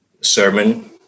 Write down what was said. sermon